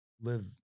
live